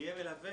יהיה מלווה